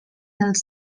dels